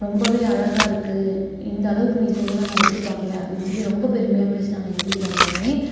ரொம்பவே அழகாக இருக்குது இந்தளவுக்கு நீ செய்வேனு நான் எதிர்பாக்கல அப்படீனு சொல்லி ரொம்ப பெருமையாக பேசினாங்க எங்கள் வீட்டில் எல்லோருமே